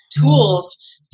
tools